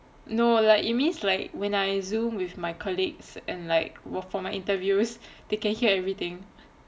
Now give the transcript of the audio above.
no like it means like when I Zoom with my colleagues and like for my interviews they can hear everything